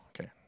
Okay